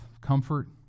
comfort